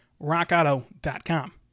RockAuto.com